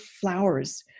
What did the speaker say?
flowers